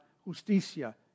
justicia